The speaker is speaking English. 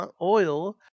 oil